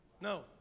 No